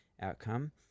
outcome